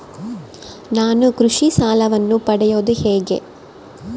ನಾನು ಕೃಷಿ ಸಾಲವನ್ನು ಪಡೆಯೋದು ಹೇಗೆ?